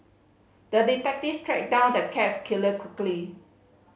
the detective tracked down the cats killer quickly